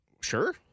Sure